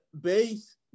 base